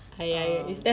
然后